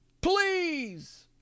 Please